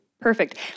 Perfect